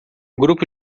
grupo